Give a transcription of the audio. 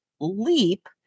leap